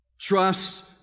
Trust